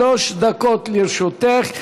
שלוש דקות לרשותך.